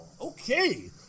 Okay